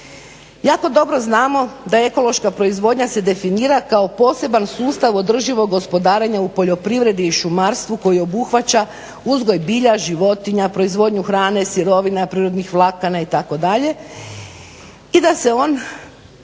Jako dobro znamo da ekološka proizvodnja se definira kao poseban sustav održivog gospodarenja u poljoprivredi i šumarstvu koji obuhvaća uzgoj bilja, životinja, proizvodnju hrane, sirovina, prirodnih vlakana itd. i da se on